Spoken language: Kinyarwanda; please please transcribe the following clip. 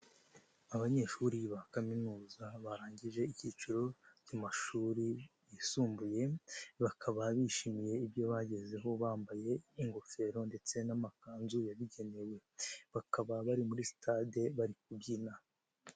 AAbanyeshuri ba kaminuza barangije icyiciro cy'amashuri yisumbuye, bakaba bishimiye ibyo bagezeho bambaye ingofero ndetse n'amakanzu yabigenewe bakaba bari muri stade bari kubyina.